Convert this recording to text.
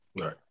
Right